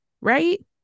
right